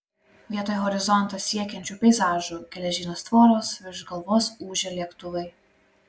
vietoj horizontą siekiančių peizažų geležinės tvoros virš galvos ūžia lėktuvai